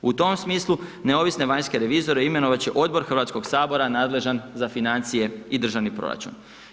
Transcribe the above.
U tom smislu neovisne vanjske revizore, imenovati će Odbor hrvatskog sabora nadležan za financije i državni proračun.